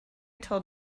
told